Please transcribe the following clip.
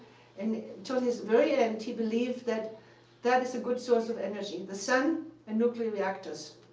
and until his very end, he believed that that is a good source of energy, the sun and nuclear reactors.